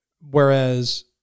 whereas